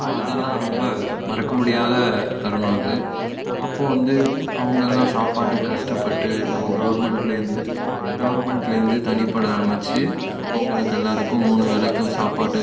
so அதெல்லாம் ரொம்ப மறக்க முடியாத தருணம் அது அப்போ வந்து அவங்க எல்லாம் சாப்பாட்டுக்கு கஷ்டப்பட்டு நம்ம கவுர்மெண்ட்லேருந்து கவர்மெண்ட்லேருந்து தனிப்படை அமச்சு அவங்களுக்கு எல்லோருக்கும் மூன்று வேலைக்கும் சாப்பாடு